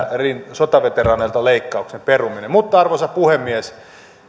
sotaveteraaneilta leikkauksen peruminen arvoisa puhemies